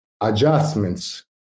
adjustments